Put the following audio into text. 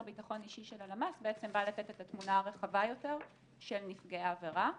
ביטחון אישי של הלמ"ס בעצם בא לתת את התמונה הרחבה יותר של נפגעי עבירה.